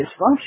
dysfunction